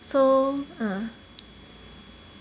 so ah